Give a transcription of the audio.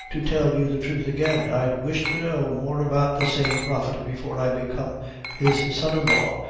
to tell you the truth again, i'd wish to know more about the same prophet before i become his son-in-law,